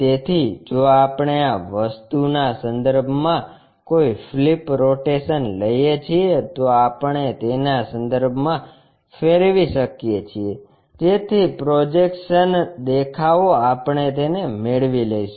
તેથી જો આપણે આ વસ્તુ ના સંદર્ભમાં કોઈ ફ્લિપ રોટેશન લઈએ છીએ તો આપણે તેના સંદર્ભમાં ફેરવી શકીએ છીએ જેથી પ્રોજેક્શન દેખાવો આપણે તેને મેળવી લઈશું